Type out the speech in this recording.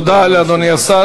תודה, אדוני השר.